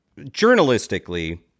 journalistically